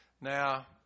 Now